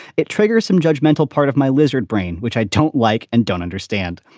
it triggers some judgmental part of my lizard brain which i don't like and don't understand.